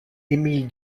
émile